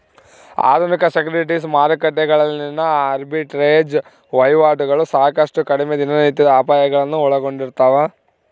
ಆಧುನಿಕ ಸೆಕ್ಯುರಿಟೀಸ್ ಮಾರುಕಟ್ಟೆಗಳಲ್ಲಿನ ಆರ್ಬಿಟ್ರೇಜ್ ವಹಿವಾಟುಗಳು ಸಾಕಷ್ಟು ಕಡಿಮೆ ದಿನನಿತ್ಯದ ಅಪಾಯಗಳನ್ನು ಒಳಗೊಂಡಿರ್ತವ